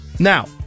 Now